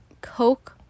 Coke